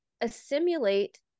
assimilate